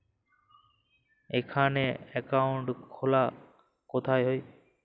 এখানে অ্যাকাউন্ট খোলা কোথায় হয়?